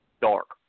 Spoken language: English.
dark